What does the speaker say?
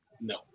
No